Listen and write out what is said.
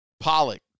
Pollock